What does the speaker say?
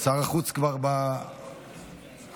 שר החוץ כבר על הבמה.